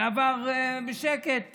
ועבר בשקט,